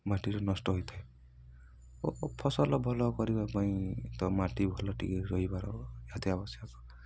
ମାଟିର ନଷ୍ଟ ହୋଇଥାଏ ଓ ଫସଲ ଭଲ କରିବା ପାଇଁ ତ ମାଟି ଭଲ ଟିକେ ରହିବାର ନିହାତି ଆବଶ୍ୟକ